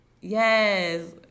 Yes